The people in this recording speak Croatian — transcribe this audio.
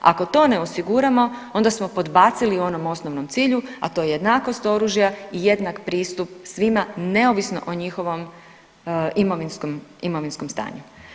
Ako to ne osiguramo onda smo podbacili u onom osnovnom cilju, a to je jednakost oružja i jednak pristup svima neovisno o njihovom imovinskom stanju.